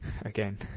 Again